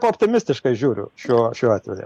optimistiškai žiūriu šiuo šiuo atveju